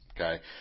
Okay